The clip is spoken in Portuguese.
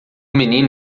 menino